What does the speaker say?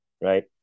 right